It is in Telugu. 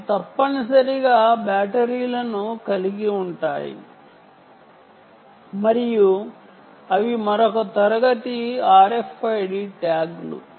ఇవి తప్పనిసరిగా బ్యాటరీలను కలిగి ఉంటాయి మరియు అవి మరొక శ్రేణి RFID ట్యాగ్లు